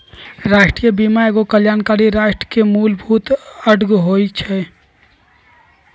राष्ट्रीय बीमा एगो कल्याणकारी राष्ट्र के मूलभूत अङग होइ छइ